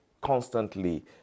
constantly